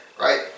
Right